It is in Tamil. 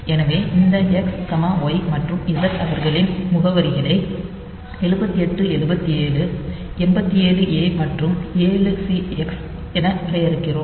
எனவே இந்த X Y மற்றும் Z அவர்களின் முகவரிகளை 78 77 87a மற்றும் 7CX என வரையறுக்கிறோம்